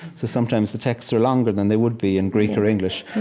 so sometimes, the texts are longer than they would be in greek or english.